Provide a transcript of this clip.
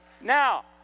Now